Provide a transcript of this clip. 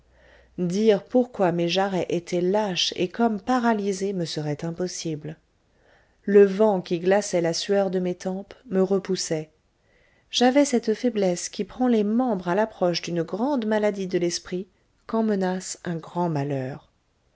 dire pourquoi mes jarrets étaient lâches et comme paralysés me serait impossible le vent qui glaçait la sueur de mes tempes me repoussait j'avais cette faiblesse qui prend les membres à l'approche d'une grande maladie de l'esprit quand menace un grand malheur